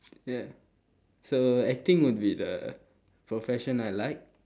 yeah so acting would be the profession I like